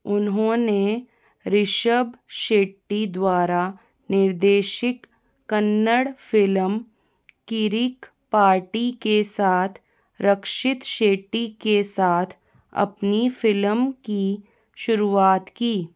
उन्होंने ऋषभ शेट्टी द्वारा निर्देशिक कन्नड़ फ़िल्म किरिक पार्टी के साथ रक्षित शेट्टी के साथ अपनी फ़िल्मों की शुरुआत की